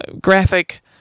graphic